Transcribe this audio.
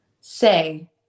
Say